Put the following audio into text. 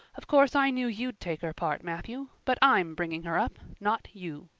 of course i knew you'd take her part, matthew. but i'm bringing her up, not you.